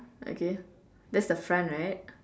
okay that's the front right